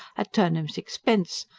at turnham's expense.